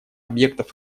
объектов